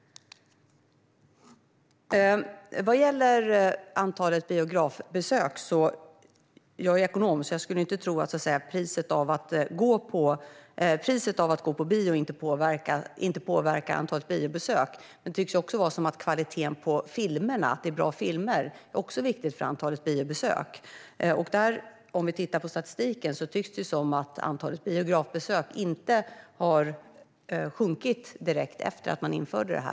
Sedan gäller det antalet biografbesök. Jag är ekonom, så jag skulle inte tro att priset för att gå på bio inte påverkar antalet biobesök. Men det tycks också vara så att kvaliteten på filmerna - att det är bra filmer - är viktigt för antalet biobesök. Vi kan titta på statistiken. Det tycks som att antalet biografbesök inte har sjunkit direkt efter att man införde detta.